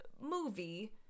movie